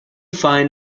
find